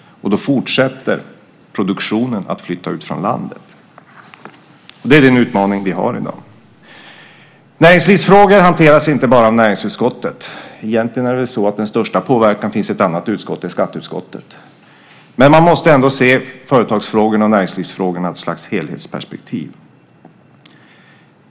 Då fortsätter produktionen att flytta ut från landet. Det är den utmaning vi har i dag. Näringslivsfrågor hanteras inte bara av näringsutskottet. Egentligen finns väl den största påverkan i ett annat utskott, nämligen skatteutskottet. Men man måste ändå se företagsfrågorna och näringslivsfrågorna i ett slags helhetsperspektiv.